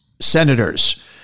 senators